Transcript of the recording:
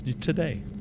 today